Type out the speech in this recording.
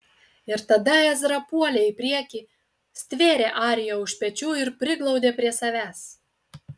ir tada ezra puolė į priekį stvėrė ariją už pečių ir priglaudė prie savęs